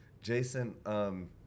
Jason